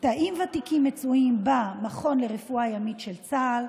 תאים ותיקים מצויים במכון לרפואה ימית של צה"ל,